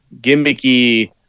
gimmicky